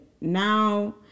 now